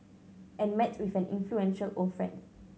and met with an influential old friend